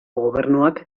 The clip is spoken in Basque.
gobernuak